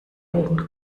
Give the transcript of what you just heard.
oben